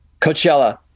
Coachella